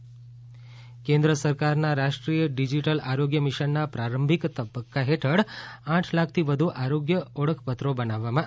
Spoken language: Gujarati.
ડીજીટલ આરોગ્ય મિશન કેન્દ્ર સરકારના રાષ્ટ્રીય ડીજીટલ આરોગ્ય મિશનના પ્રારંભિક તબકકા હેઠળ આઠ લાખથી વધુ આરોગ્ય ઓળખપત્રો બનાવવામાં તા